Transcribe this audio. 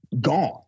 gone